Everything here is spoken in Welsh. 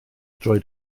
droed